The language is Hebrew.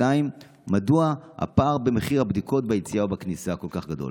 2. מדוע הפער במחיר הבדיקות ביציאה ובכניסה כל כך גדול?